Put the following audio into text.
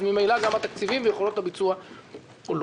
אז ממילא גם התקציבים ויכולות הביצוע עולים.